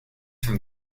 from